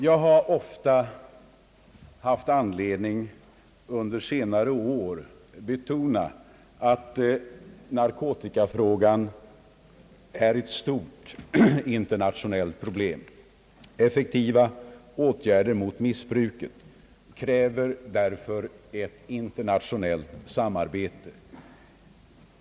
Jag har under senare år ofta haft anledning att betona att narkotikafrågan är ett stort internationellt problem. Effektiva åtgärder mot missbruket kräver därför ett internationellt samarbete.